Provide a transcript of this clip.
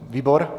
Výbor?